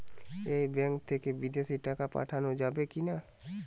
এই ব্যাঙ্ক থেকে বিদেশে টাকা পাঠানো যাবে কিনা?